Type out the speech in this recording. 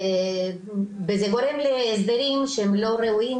וזה גורם להסדרים שהם לא ראויים,